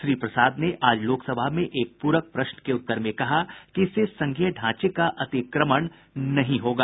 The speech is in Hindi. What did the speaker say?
श्री प्रसाद ने आज लोकसभा में एक पूरक प्रश्न के उत्तर में कहा कि इससे संघीय ढांचे का अतिक्रमण नहीं होगा